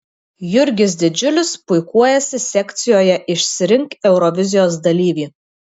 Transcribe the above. jurgis didžiulis puikuojasi sekcijoje išsirink eurovizijos dalyvį